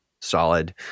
solid